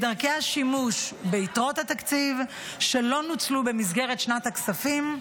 את דרכי השימוש ביתרות התקציב שלא נוצלו במסגרת שנת הכספים,